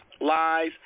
lies